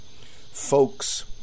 folks